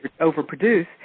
overproduce